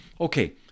Okay